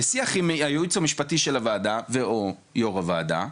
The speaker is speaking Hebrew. בשיח עם הייעוץ המשפטי של הוועדה ו/או יו"ר הוועדה,